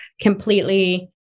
completely